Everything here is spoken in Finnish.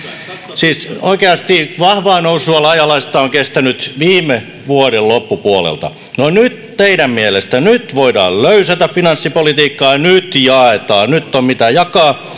siis oikeasti vahvaa nousua laaja alaista on kestänyt viime vuoden loppupuolelta niin nyt teidän mielestänne voidaan löysätä finanssipolitiikkaa nyt jaetaan nyt on mitä jakaa